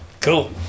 cool